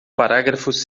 parágrafos